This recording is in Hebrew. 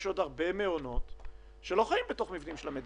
יש עוד הרבה מאוד מעונות שלא חיים בתוך מבנים של המדינה.